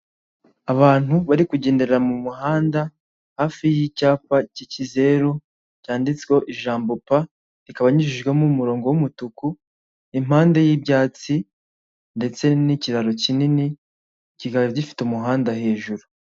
Abantu bari kugendera mu muhanda hafi y'icyapa cy'ikizeru cyanditseho ijambo "P", rikaba anyujijwemo umurongo w'umutuku impande y'ibyatsi, ndetse n'ikiraro kinini kikaba gifite umuhanda hejuru.